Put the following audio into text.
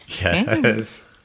Yes